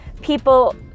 people